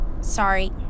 Sorry